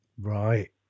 Right